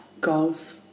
Golf